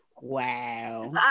Wow